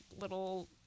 little